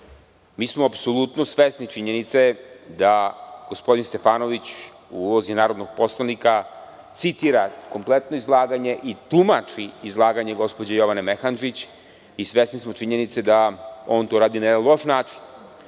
Mi smo apsolutno svesni činjenice da gospodin Stefanović u ulozi narodnog poslanika citira kompletno izlaganje i tumači izlaganje gospođe Jovan Mehandžić. I svesni smo činjenice da on to radi na jedna loš način.